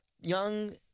young